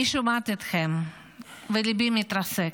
אני שומעת אתכם וליבי מתרסק.